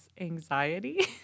anxiety